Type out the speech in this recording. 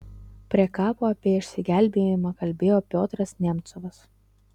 prie kapo apie išsigelbėjimą kalbėjo piotras nemcovas